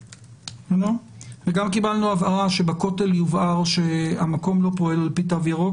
גם קיבלנו הבהרה שבכותל יובהר שהמקום לא פועל על פי תו ירוק,